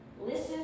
Listen